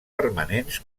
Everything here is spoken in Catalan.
permanents